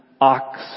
ox